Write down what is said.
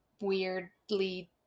weirdly